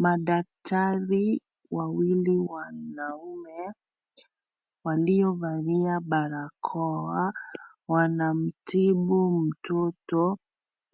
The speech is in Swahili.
Madaktari wawili wanaume, waliovalia barakoa, wanamtibu mtoto,